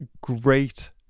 great